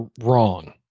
wrong